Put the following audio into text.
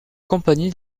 compagnie